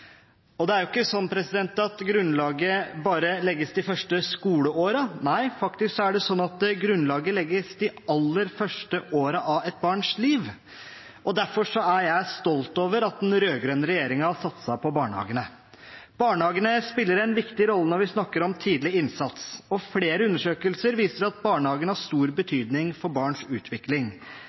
Og det er ikke slik at grunnlaget bare legges de første skoleårene, nei, faktisk er det slik at grunnlaget legges de aller første årene av et barns liv. Derfor er jeg stolt over at den rød-grønne regjeringen har satset på barnehagene. Barnehagene spiller en viktig rolle når vi snakker om tidlig innsats, og flere undersøkelser viser at barnehagen har stor betydning for barns utvikling.